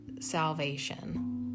salvation